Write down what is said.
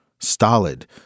stolid